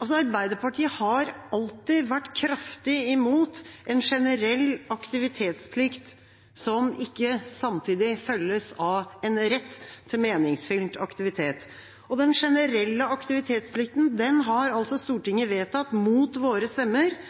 Arbeiderpartiet har alltid vært kraftig imot en generell aktivitetsplikt som ikke samtidig følges av en rett til meningsfylt aktivitet. Den generelle aktivitetsplikten har altså Stortinget vedtatt mot våre stemmer.